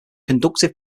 conductive